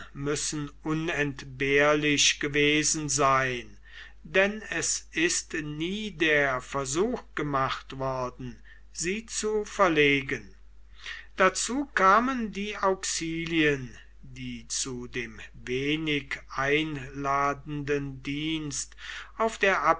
müssen unentbehrlich gewesen sein denn es ist nie der versuch gemacht worden sie zu verlegen dazu kamen die auxilien die zu dem wenig einladenden dienst auf der